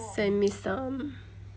send me some